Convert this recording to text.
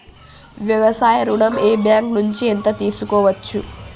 వ్యవసాయ ఋణం ఏ బ్యాంక్ నుంచి ఎంత తీసుకోవచ్చు?